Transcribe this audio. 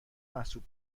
محسوب